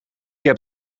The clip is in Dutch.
heb